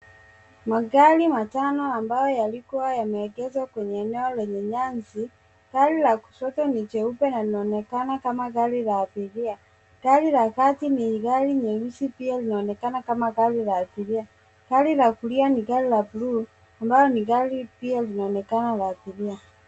Magari matano ambayo yalikuwa yameegeshwa kwenye eneo lenye nyasi. Gari la kushoto ni jeupe na linaonekana kama gari la abiria. Gari la kati ni gari jeusi pia linaonekana kama gari la abiria. Gari la kulia ni gari la bluu ambalo ni gari pia linaonekana la abiria.